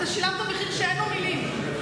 אתה שילמת מחיר שאין לו מילים,